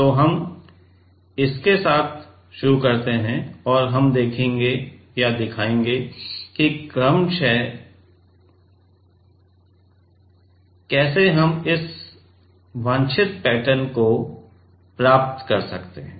तो हम इसके साथ शुरू करते हैं और हम दिखाएंगे कि हम क्रमशः दिखाएंगे कि हम इस वांछित पैटर्न को कैसे प्राप्त कर सकते हैं